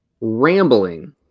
rambling